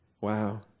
Wow